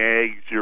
eggs